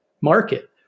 market